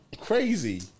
Crazy